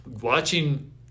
watching